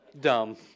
dumb